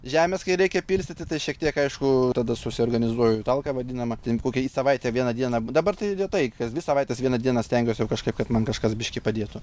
žemes kai reikia pilstyti tai šiek tiek aišku tada susiorganizuoju talką vadinamą ten kokią į savaitę vieną dieną dabar tai retai kas dvi savaites vieną dieną stengiuosi jau kažkaip kad man kažkas biškį padėtų